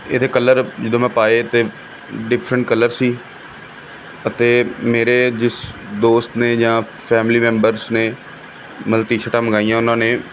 ਇਹਦੇ ਕਲਰ ਜਦੋਂ ਮੈਂ ਪਾਏ ਤਾਂ ਡਿਫਰੈਂਟ ਕਲਰ ਸੀ ਅਤੇ ਮੇਰੇ ਜਿਸ ਦੋਸਤ ਨੇ ਜਾਂ ਫੈਮਿਲੀ ਮੈਂਬਰਸ ਨੇ ਮਤਲਬ ਟੀ ਸ਼ਰਟਾਂ ਮੰਗਵਾਈਆਂ ਉਨ੍ਹਾਂ ਨੇ